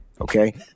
okay